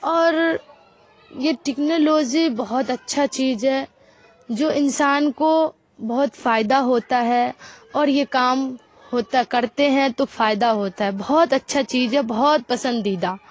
اور یہ ٹیکنالوجی بہت اچھا چیز ہے جو انسان کو بہت فائدہ ہوتا ہے اور یہ کام ہوتا کرتے ہیں تو فائدہ ہوتا ہے بہت اچھا چیز ہے بہت پسندیدہ